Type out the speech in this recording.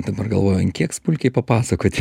dabar galvoju ant kiek smulkiai papasakoti